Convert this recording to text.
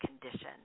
condition